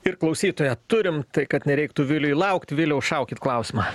ir klausytoją turim tai kad nereiktų viliui laukt viliau šaukit klausimą